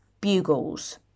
Bugles